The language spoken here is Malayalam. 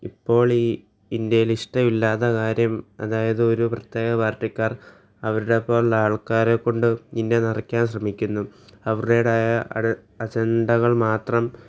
ഇപ്പോൾ ഈ ഇന്ത്യയിൽ ഇഷ്ട്ടം ഇല്ലാത കാര്യം അതായത് ഒരു പ്രത്യേക പാർട്ടിക്കാർ അവരുടെ പോലുള്ള ആൾക്കാരെ കൊണ്ട് ഇന്ത്യ നിറയ്ക്കാൻ ശ്രമിക്കുന്നു അവരുടേതായ അടവ് അജണ്ടകൾ മാത്രം